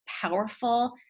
powerful